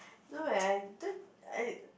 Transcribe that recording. no when I don't I